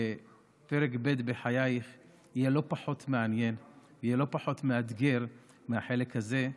שפרק ב' בחייך יהיה לא פחות מעניין ויהיה לא פחות מאתגר מהחלק הזה.